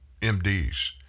MDs